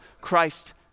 Christ